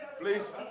please